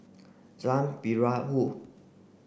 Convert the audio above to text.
Jalan Perahu